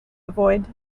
avoid